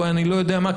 או אני לא יודע מה,